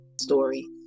story